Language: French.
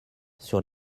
sur